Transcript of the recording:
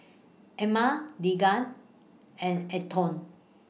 Emma Deegan and Antone